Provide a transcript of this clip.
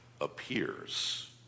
appears